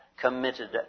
committed